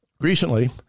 Recently